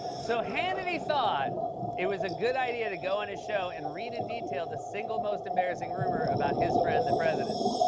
so, hannity thought it was a good idea to go on his show and read in detail the single most embarrassing rumor about his friend, the president.